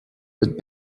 that